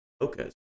focus